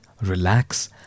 relax